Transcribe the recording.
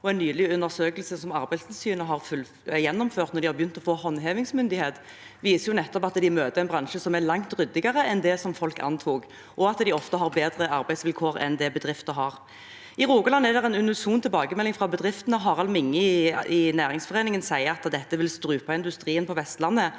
som Arbeidstilsynet har gjennomført – når de har begynt å få håndhevingsmyndighet – viser jo nettopp at de møter en bransje som er langt ryddigere enn det som folk antok, og at de ofte har bedre arbeidsvilkår enn det bedrifter har. I Rogaland er det en unison tilbakemelding fra bedriftene. Harald Minge i Næringsforeningen sier at dette vil strupe industrien på Vestlandet,